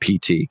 PT